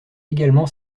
également